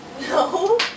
No